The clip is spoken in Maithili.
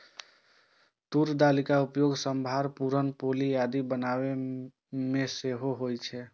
तूर दालिक उपयोग सांभर, पुरन पोली आदि बनाबै मे सेहो होइ छै